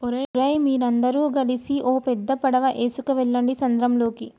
ఓరై మీరందరు గలిసి ఓ పెద్ద పడవ ఎసుకువెళ్ళండి సంద్రంలోకి